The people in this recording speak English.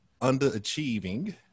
underachieving